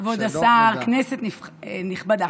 אחר כך.